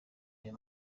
ayo